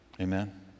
Amen